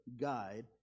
guide